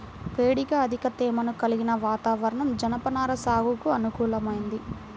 వేడిగా అధిక తేమను కలిగిన వాతావరణం జనపనార సాగుకు అనుకూలమైంది